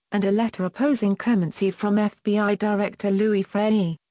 and a letter opposing clemency from fbi director louis freeh.